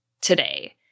today